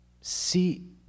See